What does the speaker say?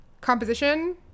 composition